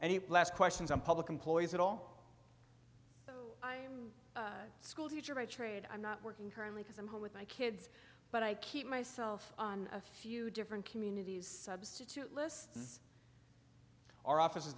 asked questions of public employees at all i'm a schoolteacher by trade i'm not working currently because i'm home with my kids but i keep myself on a few different communities substitute lists are office